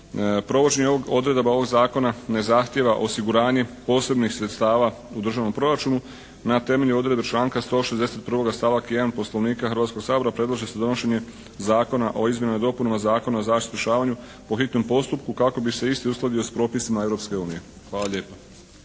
Provođenje odredaba ovog zakona ne zahtjeva osiguranje posebnih sredstava u državnom proračunu na temelju odredbe članka 161. stavak 1. Poslovnika Hrvatskoga sabora predlaže se donošenje Zakona o izmjenama i dopunama Zakona o zaštiti i spašavanju po hitnom postupku kako bi se isti uskladio s propisima Europske unije. Hvala lijepa.